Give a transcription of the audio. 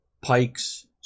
Pike's